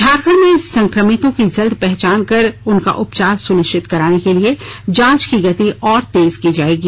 झारखंड में संक्रमितों की जल्द पहचान कर उनका उपचार सुनिश्चित कराने के लिए जांच की गति और तेज की जाएगी